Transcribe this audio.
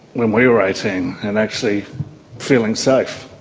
when we were eighteen and actually feeling safe.